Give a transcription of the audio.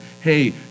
hey